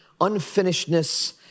unfinishedness